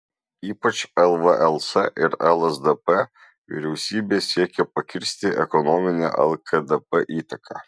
ypač lvls ir lsdp vyriausybė siekė pakirsti ekonominę lkdp įtaką